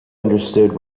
understood